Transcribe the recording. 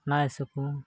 ᱞᱟᱡ ᱦᱟᱹᱥᱩ ᱠᱚ